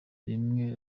rimwe